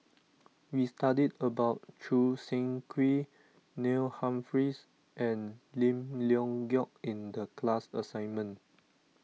we studied about Choo Seng Quee Neil Humphreys and Lim Leong Geok in the class assignment